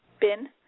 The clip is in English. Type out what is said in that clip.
bin